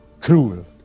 cruel